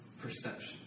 perception